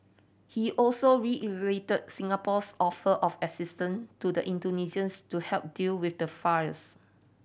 he also reiterated Singapore's offer of assistance to the Indonesians to help deal with the fires